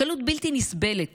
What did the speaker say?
קלות בלתי נסבלת